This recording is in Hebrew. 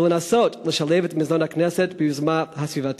ולנסות לשלב את מזנון הכנסת ביוזמה הסביבתית.